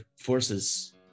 forces